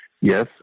yes